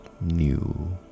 new